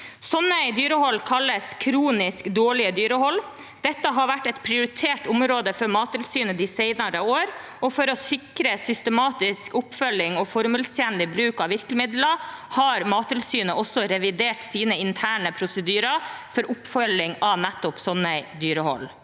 Slike dyrehold kalles kronisk dårlige dyrehold. Dette har vært et prioritert område for Mattilsynet de senere år, og for å sikre systematisk oppfølging og formålstjenlig bruk av virkemidler har Mattilsynet revidert sine interne prosedyrer for oppfølging av nettopp slike dyrehold.